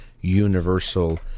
universal